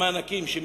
המענקים שמקצצים.